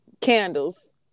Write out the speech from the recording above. candles